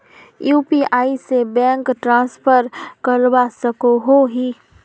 UPI से bank transfer करवा सकोहो ही?